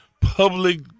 public